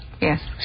Yes